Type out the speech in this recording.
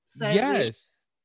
yes